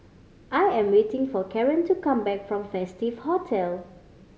I am waiting for Caren to come back from Festive Hotel